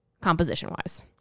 composition-wise